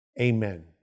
Amen